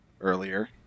earlier